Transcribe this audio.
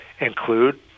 include